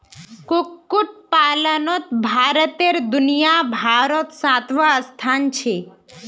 कुक्कुट पलानोत भारतेर दुनियाभारोत सातवाँ स्थान छे